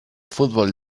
fútbol